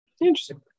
Interesting